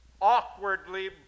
awkwardly